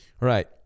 right